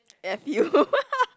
F U